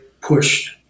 pushed